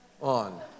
on